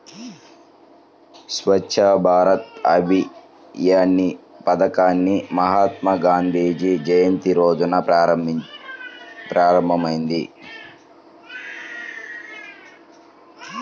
స్వచ్ఛ్ భారత్ అభియాన్ పథకాన్ని మహాత్మాగాంధీ జయంతి రోజున ప్రారంభమైంది